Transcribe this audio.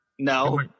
No